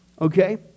okay